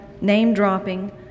name-dropping